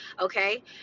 okay